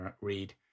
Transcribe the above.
read